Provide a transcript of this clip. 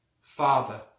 Father